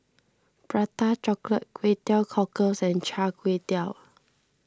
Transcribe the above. Prata Chocolate Kway Teow Cockles and Char Kway Teow